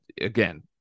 again